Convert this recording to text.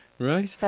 Right